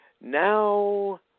now